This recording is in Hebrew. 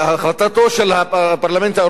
החלטתו של הפרלמנט האירופי,